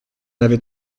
avait